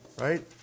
Right